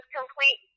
complete